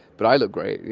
but i looked great. yeah